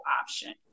option